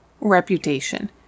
reputation